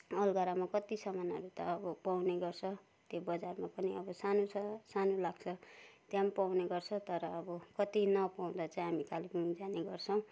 अलगढामा कति सामानहरू त अब पाउने गर्छ त्यो बजारमा पनि अब सानो छ सानो लाग्छ त्यहाँ पनि पाउने गर्छ तर अब कति नपाउँदा चाहिँ हामी कालेबुङ जाने गर्छौँ